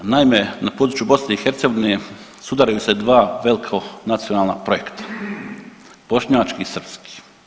Naime, na području BiH sudaraju se dva velko nacionalna projekta bošnjački i srpski.